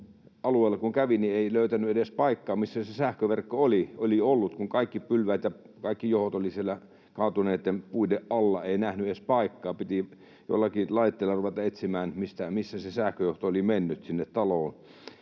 kävi, ei löytänyt edes paikkaa, missä se sähköverkko oli ollut, kun kaikki pylväät ja kaikki johdot olivat siellä kaatuneitten puiden alla. Ei nähnyt edes paikkaa. Piti joillakin laitteilla ruveta etsimään, mistä se sähköjohto oli mennyt sinne